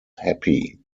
happy